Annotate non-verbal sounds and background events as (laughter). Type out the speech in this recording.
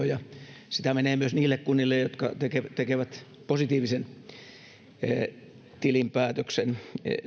(unintelligible) ja sitä menee myös niille kunnille jotka näillä näkymin tekevät positiivisen tilinpäätöksen